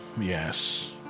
yes